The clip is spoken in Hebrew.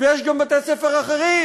ויש גם בתי-ספר אחרים,